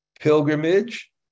pilgrimage